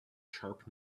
sharp